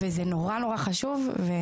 זה חשוב מאוד.